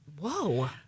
Whoa